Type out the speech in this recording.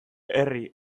herri